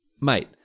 Mate